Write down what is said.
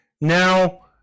now